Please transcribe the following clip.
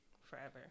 forever